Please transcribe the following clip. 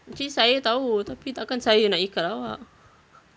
actually saya tahu tapi tak kan saya nak ikat awak